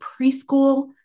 preschool